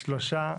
שלושה.